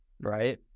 Right